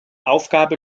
aufgabe